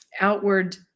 outward